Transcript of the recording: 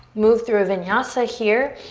move through a vinyasa here.